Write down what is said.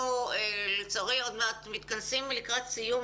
לצערי אנחנו מתכנסים לקראת סיום.